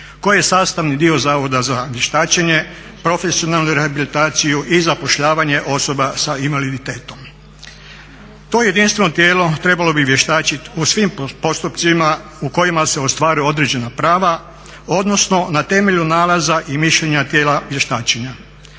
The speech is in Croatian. koje je sastavni dio Zavoda za vještačenje, profesionalnu rehabilitaciju i zapošljavanje osoba sa invaliditetom. To jedinstveno tijelo trebalo bi vještačiti o svim postupcima u kojima se ostvaruju određena prava, odnosno na temelju nalaza i mišljenja tijela vještačenja.